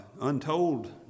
untold